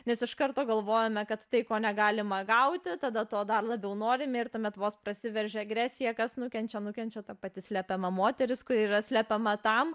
nes iš karto galvojame kad tai ko negalima gauti tada to dar labiau norime ir tuomet vos prasiveržia agresija kas nukenčia nukenčia ta pati slepiama moteris kuri yra slepiama tam